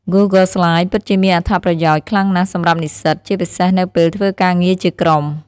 Google Slides ពិតជាមានអត្ថបទប្រយោជន៍ខ្លាំងណាស់សម្រាប់និស្សិត ជាពិសេសនៅពេលធ្វើការងារជាក្រុម។